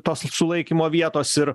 tos sulaikymo vietos ir